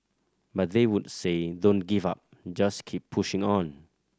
but they would say don't give up just keep pushing on